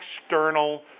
external